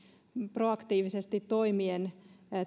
proaktiivisesti toimien